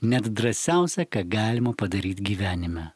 net drąsiausia ką galima padaryt gyvenime